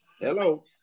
Hello